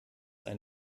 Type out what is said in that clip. ein